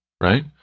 right